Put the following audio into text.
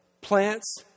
plants